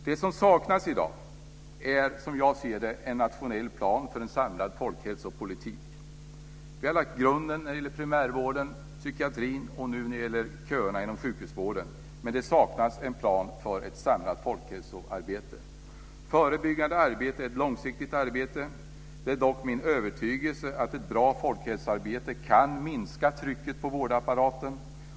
Det som saknas i dag är, som jag ser det, en nationell plan för en samlad folkhälsopolitik. Vi har lagt grunden när det gäller primärvården, psykiatrin och nu när det gäller köerna inom sjukhusvården. Men det saknas en plan för ett samlat folkhälsoarbete, ett förebyggande arbete, ett långsiktigt arbete. Det är dock min övertygelse att ett bra folkhälsoarbete kan minska trycket på vårdapparaten.